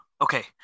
Okay